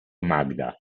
magda